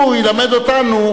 הוא ילמד אותנו,